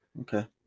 Okay